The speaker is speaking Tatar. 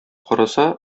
караса